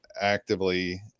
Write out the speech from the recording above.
actively